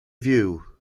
view